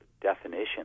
definition